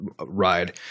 ride